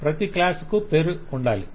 ప్రతి క్లాస్ కు పేరు ఉండాలి